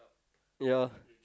ya